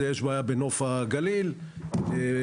יש בעיה בנוף הגליל בהרכבים.